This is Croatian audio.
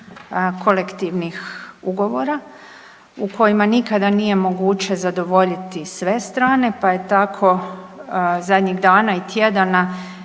kolektivnih ugovora u kojima nikada nije moguće zadovoljiti sve strane pa je tako zadnjih dana i tjedana